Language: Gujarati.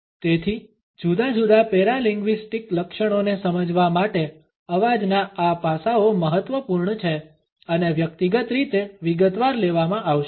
તેથી જુદા જુદા પેરાલિંગ્વીસ્ટિક લક્ષણોને સમજવા માટે અવાજના આ પાસાઓ મહત્વપૂર્ણ છે અને વ્યક્તિગત રીતે વિગતવાર લેવામાં આવશે